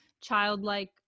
childlike